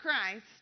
Christ